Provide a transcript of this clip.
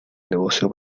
negocio